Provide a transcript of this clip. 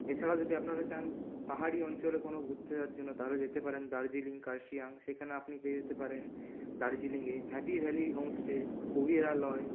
এছাড়াও যদি আপনারা চান পাহাড়ি অঞ্চলে কোনো ঘুরতে যাওয়ার জন্য তাহলে যেতে পারেন দার্জিলিং কার্শিয়াং সেখানে আপনি পেয়ে যেতে পারেন দার্জিলিংয়ে হ্যাপি ভ্যালি হোমস্টে কবিরালয়